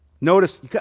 Notice